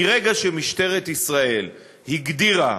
מרגע שמשטרת ישראל הגדירה,